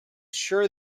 sure